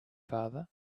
father